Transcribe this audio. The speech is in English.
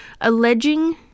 alleging